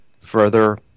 further